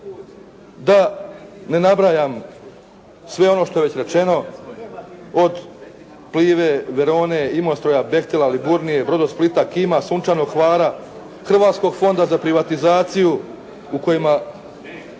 da ne nabrajam sve ono što je već rečeno od "Plive", "Verone", "Imostroja", "Bechtela", "Luburnije", "Brodosplita", "KIM-a", "Sunčanog Hvara", Hrvatskog fonda za privatizaciju u kojima